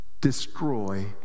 destroy